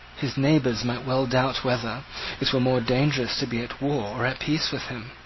his neighbours might well doubt whether it were more dangerous to be at war or at peace with him.